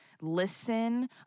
listen